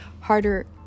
harder